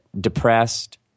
depressed